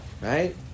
Right